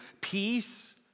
Peace